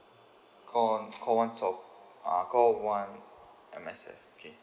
call one call one top uh call one M_S_F okay